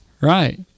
Right